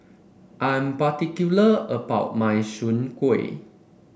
I am particular about my Soon Kueh